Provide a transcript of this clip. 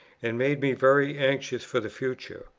and made me very anxious for the future.